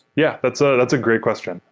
yeah, that's ah that's a great question.